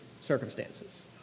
circumstances